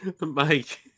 Mike